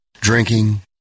Drinking